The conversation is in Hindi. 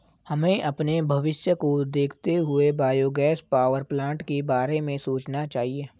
हमें अपने भविष्य को देखते हुए बायोगैस पावरप्लांट के बारे में सोचना चाहिए